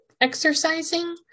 exercising